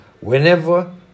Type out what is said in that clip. whenever